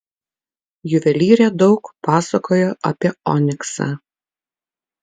juvelyrė daug pasakojo apie oniksą